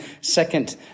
second